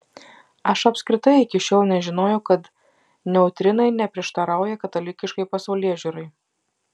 aš apskritai iki šiol nežinojau kad neutrinai neprieštarauja katalikiškai pasaulėžiūrai